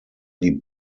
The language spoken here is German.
die